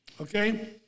okay